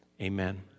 amen